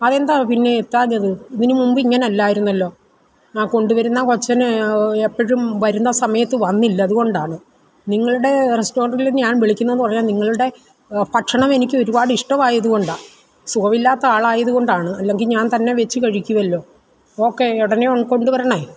അതെന്താ പിന്നേ എത്താഞ്ഞത് ഇതിനു മുമ്പ് ഇങ്ങനെ അല്ലായിരുന്നല്ലോ ആ കൊണ്ടുവരുന്ന കൊച്ചനെ എപ്പഴും വരുന്ന സമയത്ത് വന്നില്ല അതുകൊണ്ടാണ് നിങ്ങളുടെ റെസ്റ്റോറന്റില് ഞാന് വിളിക്കുന്നതെന്ന് പറഞ്ഞാല് നിങ്ങളുടെ ഭക്ഷണം എനിക്ക് ഒരുപാടിഷ്ടമായത് കൊണ്ടാണ് സുഖവില്ലാത്ത ആളായത് കൊണ്ടാണ് അല്ലെങ്കില് ഞാന് തന്നെ വെച്ച് കഴിക്കുവല്ലോ ഓക്കേ ഉടനെ കൊണ്ടുവരണേ